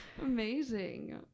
amazing